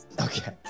Okay